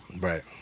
right